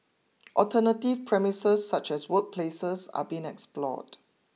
alternative premises such as workplaces are being explored